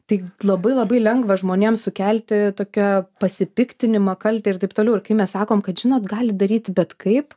tai labai labai lengva žmonėms sukelti tokio pasipiktinimą kaltę ir taip toliau ir kai mes sakom kad žinot galit daryti bet kaip